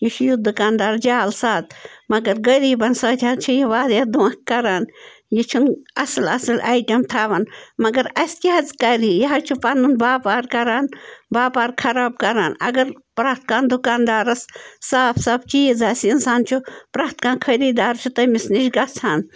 یہِ چھُ یُتھ دُکان دار جالساز مگر غریٖبن سۭتۍ حظ چھِ یہِ وارِیاہ دۄکھہٕ کَران یہِ چھُنہٕ اَصٕل اَصٕل آیٹم تھاوان مگر اَسہِ کیٚاہ حظ کَرِ یہِ یہِ حظ چھُ پَنُن بَپار کَران بَپار خراب کَران اگر پرٮ۪تھ کانٛہہ دُکان دارس صاف صاف چیٖز آسہِ اِنسان چھُ پریتھ کانٛہہ خٔری دار چھُ تٔمِس نِش گَژھان